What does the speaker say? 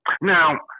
now